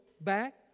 back